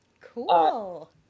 Cool